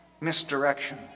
misdirection